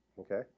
Okay